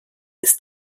ist